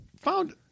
found